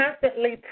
constantly